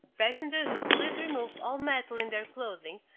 passengers will please remove all metal in their clothing,